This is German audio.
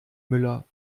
müller